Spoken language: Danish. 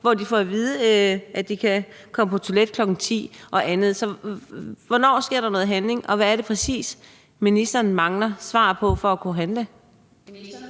og som får at vide, at de kan komme på toilettet kl. 10.00 osv. Hvornår sker der noget handling, og hvad er det præcis, ministeren mangler svar på for at kunne handle? Kl.